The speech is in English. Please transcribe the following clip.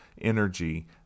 energy